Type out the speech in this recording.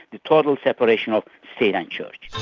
the total separation of state and church.